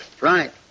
Right